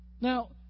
Now